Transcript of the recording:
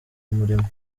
umurimo